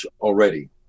already